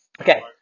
Okay